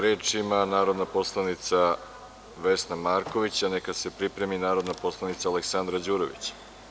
Reč ima narodni poslanik Vesna Marjanović, a neka se pripremi narodna poslanica Aleksandra Đurović.